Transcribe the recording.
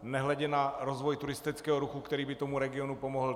Nehledě na rozvoj turistického ruchu, který by regionu pomohl.